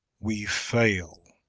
we fail